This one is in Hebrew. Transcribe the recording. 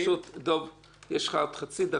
יש לך עוד חצי דקה.